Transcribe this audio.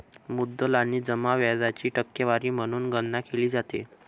मुद्दल आणि जमा व्याजाची टक्केवारी म्हणून गणना केली जाते